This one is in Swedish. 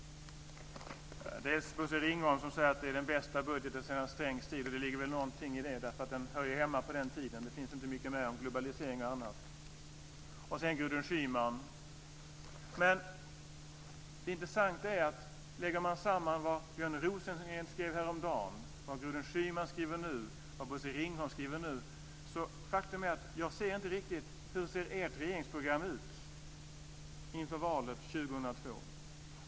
Det är Bosse Ringholms där han säger att det är den bästa budgeten sedan Strängs tid. Och det ligger väl någonting i det, eftersom den hör hemma på den tiden. Det finns inte mycket med om globalisering och annat. Sedan har vi Gudrun Det är intressant att lägga samman vad Björn Rosengren skrev häromdagen, vad Gudrun Schyman skriver nu och vad Bosse Ringholm skriver nu. Faktum är att jag inte riktigt ser hur ert regeringsprogram ser ut inför valet 2002.